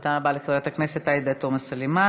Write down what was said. תודה רבה לחברת הכנסת עאידה תומא סלימאן.